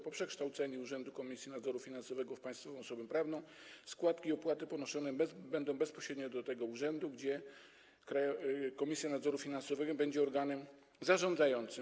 Po przekształceniu Urzędu Komisji Nadzoru Finansowego w państwową osobę prawną składki i opłaty wnoszone będą bezpośrednio do tego urzędu, gdzie Komisja Nadzoru Finansowego będzie organem zarządzającym.